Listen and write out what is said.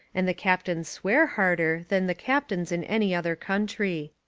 and the captains swear harder than the captains in any other country.